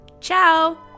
Ciao